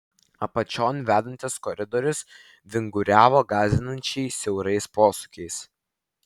apačion vedantis koridorius vinguriavo gąsdinančiai siaurais posūkiais